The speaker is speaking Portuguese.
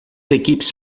equipes